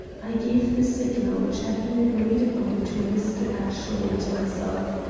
i gave the signal which had been agreed upon between mr. ashley and myself.